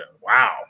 wow